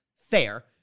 fair